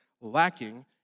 lacking